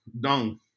dung